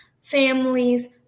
families